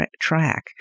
track